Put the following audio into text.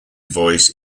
voice